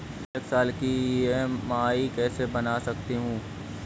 मैं एक साल की ई.एम.आई कैसे बना सकती हूँ?